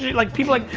like people like,